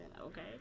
Okay